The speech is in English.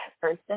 person